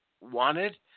wanted